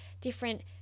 different